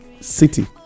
city